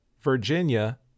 Virginia